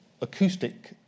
acoustic